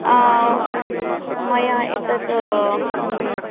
मया एतत्